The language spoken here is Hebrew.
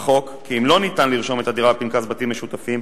החוק כי אם לא ניתן לרשום את הדירה בפנקס בתים משותפים,